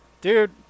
Dude